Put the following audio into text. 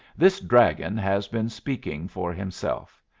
this dragon has been speaking for himself.